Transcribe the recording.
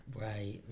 Right